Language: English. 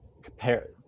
compare